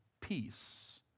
peace